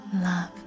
love